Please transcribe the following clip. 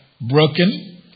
broken